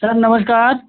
sir नमस्कार